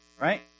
Right